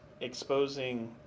exposing